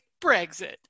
Brexit